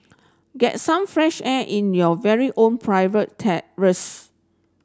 get some fresh air in your very own private terrace